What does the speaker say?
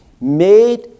Made